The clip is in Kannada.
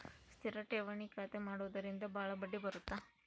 ಸ್ಥಿರ ಠೇವಣಿ ಖಾತೆ ಮಾಡುವುದರಿಂದ ಬಾಳ ಬಡ್ಡಿ ಬರುತ್ತ